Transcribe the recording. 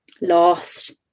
lost